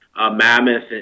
Mammoth